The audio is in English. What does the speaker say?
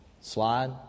slide